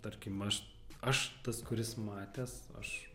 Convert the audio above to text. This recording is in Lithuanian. tarkim aš aš tas kuris matęs aš